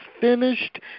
finished